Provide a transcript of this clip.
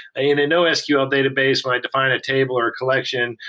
a and nosql database, when i define a table or a collection,